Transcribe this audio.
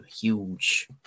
huge